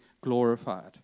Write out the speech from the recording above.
glorified